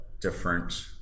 different